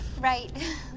right